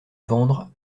vendre